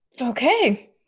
Okay